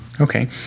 Okay